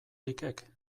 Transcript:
likek